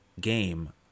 game